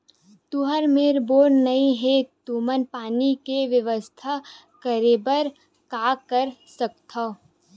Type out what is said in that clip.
तुहर मेर बोर नइ हे तुमन पानी के बेवस्था करेबर का कर सकथव?